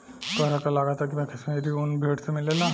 तोहरा का लागऽता की काश्मीरी उन भेड़ से मिलेला